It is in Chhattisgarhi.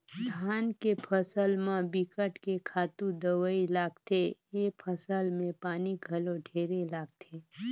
धान के फसल म बिकट के खातू दवई लागथे, ए फसल में पानी घलो ढेरे लागथे